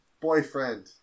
boyfriend